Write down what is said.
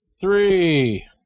three